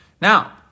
Now